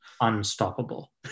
unstoppable